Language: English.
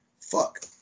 fuck